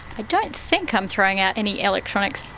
i don't think i'm throwing out any electronics.